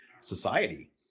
society